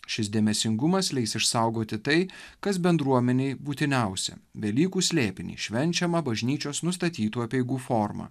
šis dėmesingumas leis išsaugoti tai kas bendruomenei būtiniausi velykų slėpinį švenčiamą bažnyčios nustatytų apeigų forma